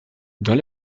dans